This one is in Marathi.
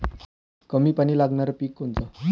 कमी पानी लागनारं पिक कोनचं?